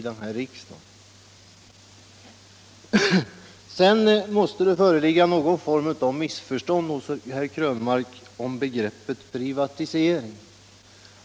Det måste föreligga någon form av missförstånd hos herr Krönmark när det gäller begreppet ”privatisering”.